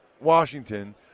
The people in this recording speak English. Washington